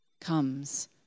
comes